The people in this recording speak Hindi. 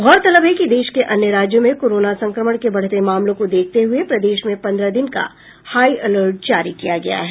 गौरतलब है कि देश के अन्य राज्यों में कोरोना संक्रमण के बढ़ते मामलों को देखते हुये प्रदेश में पन्द्रह दिन का हाई अलर्ट जारी किया गया है